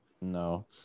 No